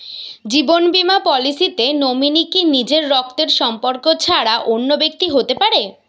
জীবন বীমা পলিসিতে নমিনি কি নিজের রক্তের সম্পর্ক ছাড়া অন্য ব্যক্তি হতে পারে?